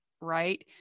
right